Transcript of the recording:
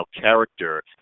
character